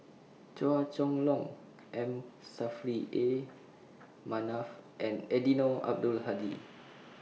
Chua Chong Long M Saffri A Manaf and Eddino Abdul Hadi